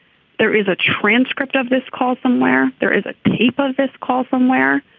there is a transcript of this call somewhere. there is a tape of this call from where